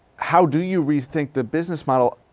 how do you rethink the business model